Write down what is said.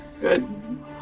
Good